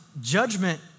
judgment